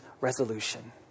resolution